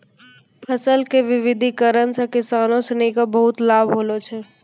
फसल के विविधिकरण सॅ किसानों सिनि क बहुत लाभ होलो छै